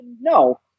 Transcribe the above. no